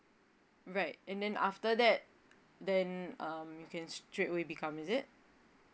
right and then after that then um you can straight away become is it